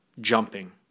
jumping